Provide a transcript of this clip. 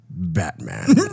Batman